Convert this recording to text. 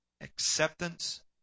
acceptance